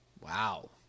wow